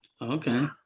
Okay